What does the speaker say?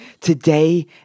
Today